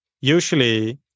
usually